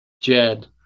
Jed